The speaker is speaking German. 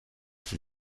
sie